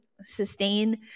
sustain